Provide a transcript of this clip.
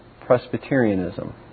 Presbyterianism